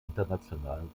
internationalen